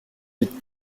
est